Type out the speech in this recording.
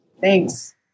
Thanks